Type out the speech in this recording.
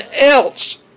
else